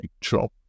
job